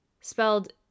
spelled